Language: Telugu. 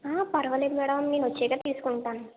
పర్వాలేదు మేడం నేను వచ్చేటప్పుడు తీసుకుంటాను